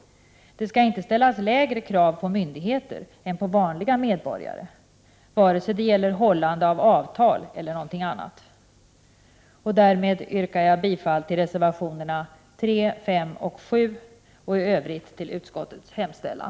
Det skall inte ställas lägre krav på myndigheter än på vanliga medborgare, vare sig det gäller hållande av avtal eller något annat. Herr talman! Med detta yrkar jag bifall till reservationerna 3, 5 och 7 och i Övrigt till utskottets hemställan.